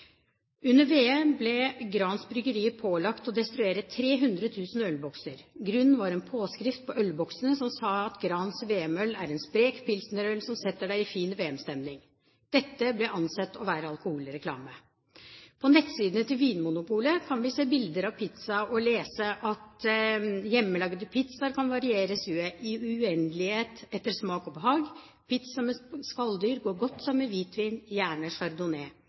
Under VM ble Grans Bryggeri pålagt å destruere 300 000 ølbokser. Grunnen var en påskrift på ølboksene som sa: «Grans VM-øl er en sprek pilsnerøl som setter deg i fin VM-stemning.» Dette ble ansett å være alkoholreklame. På nettsidene til Vinmonopolet kan vi se bilde av en pizza og lese: «Hjemmelaget pizza kan varieres i det uendelige etter smak og behag. Pizza med skalldyr går godt sammen med